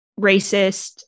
racist